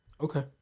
Okay